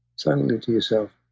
suddenly to yourself,